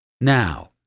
Now